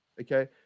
okay